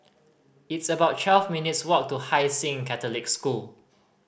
it's about twelve minutes' walk to Hai Sing Catholic School